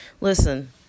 Listen